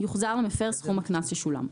יוחזר למפר סכום הקנס ששולם.